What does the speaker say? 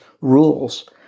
rules